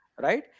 Right